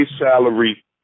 salary